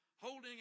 holding